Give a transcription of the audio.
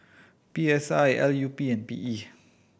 P S I L U P and P E